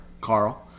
Carl